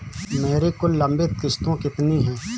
मेरी कुल लंबित किश्तों कितनी हैं?